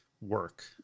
work